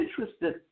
interested